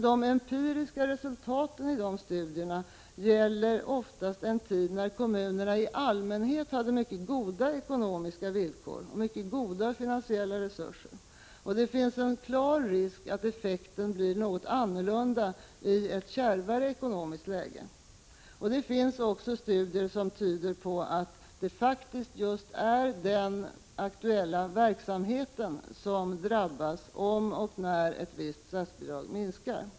De empiriska resultaten i studierna gäller oftast en tid när kommunerna i allmänhet hade mycket goda ekonomiska villkor och mycket goda finansiella resurser, och det finns en klar risk att effekten blir en annan i ett kärvare ekonomiskt läge. Det finns också studier som tyder på att det faktiskt just är den aktuella verksamheten som drabbas om och när ett visst statsbidrag minskar.